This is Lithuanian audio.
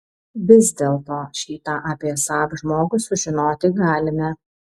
vis dėlto šį tą apie saab žmogų sužinoti galime